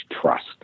trust